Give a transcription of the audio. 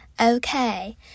okay